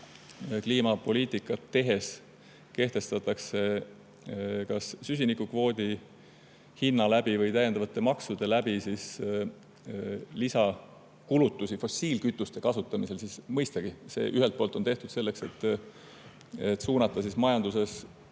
kliimapoliitikat tehes kehtestatakse kas süsinikukvoodi hinna kaudu või täiendavate maksude kaudu lisakulutusi fossiilkütuste kasutamisel, siis mõistagi on see ühelt poolt tehtud selleks, et suunata majanduses